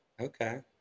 okay